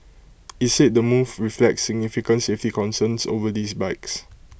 it's said the move reflects significant safety concerns over these bikes